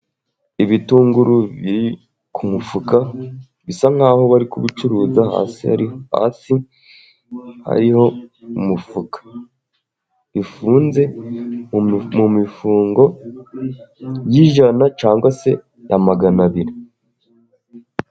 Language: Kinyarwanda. Ibitunguru biri ku mufuka, bisa nkaho bari kubicuruza hasi hariho umufuka, bifunze mu mifungo y'ijana cyangwa se ya magana abiri.